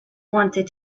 wanted